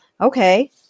Okay